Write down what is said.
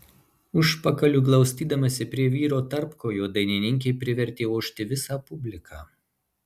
užpakaliu glaustydamasi prie vyro tarpkojo dainininkė privertė ošti visą publiką